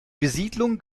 besiedelung